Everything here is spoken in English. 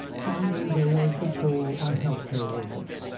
finally, there was the toll on health care workers.